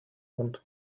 munde